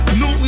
no